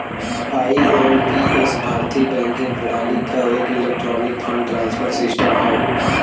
IMPS भारतीय banking प्रणाली क एक इलेक्ट्रॉनिक फंड ट्रांसफर सिस्टम हौ